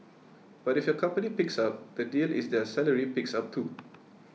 but if your company picks up the deal is their salary picks up too